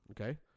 Okay